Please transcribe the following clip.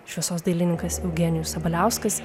šviesos dailininkas eugenijus sabaliauskas